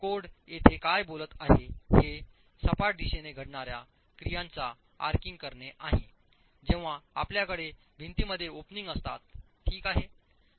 code येथे काय बोलत आहे हे सपाट दिशेने घडणार्या क्रियांचा आर्किंग करणे आहे जेव्हा आपल्याकडे भिंती मध्ये ओपनिंग असतात ठीक आहे